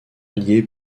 allié